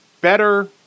better